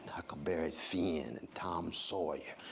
huckleberry finn and tom sawyer.